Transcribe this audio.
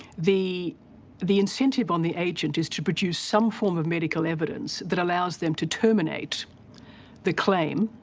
the the incentive on the agent is to produce some form of medical evidence that allows them to terminate the claim